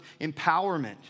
empowerment